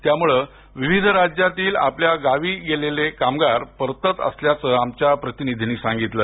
यामुळं विविध राज्यांतील आपल्या गावी गेलेले कामगार परतत असल्याचं आमच्या प्रतिनिधींनी सांगितलं